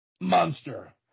monster